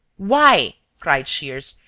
why? cried shears,